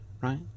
Right